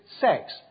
sex